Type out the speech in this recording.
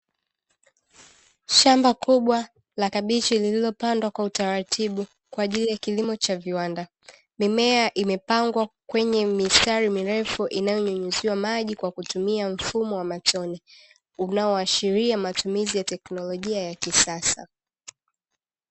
Shamba kubwa la kabichi lililopandwa kwa utaratibu kwa ajili ya kilimo cha viwanda. Mimea imepagwa mwenye mistari mirefu inayonyuziwa maji kwa kutumia mfumo wa matone unaoashiria matumizi ya teknolojia ya kisasa.